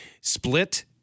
Split